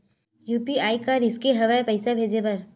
UPI का risky हंव ए पईसा भेजे बर?